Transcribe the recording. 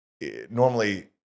normally